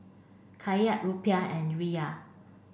Kyat Rupiah and Riyal